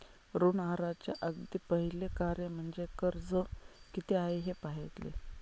ऋण आहाराचे अगदी पहिले कार्य म्हणजे कर्ज किती आहे हे पाहणे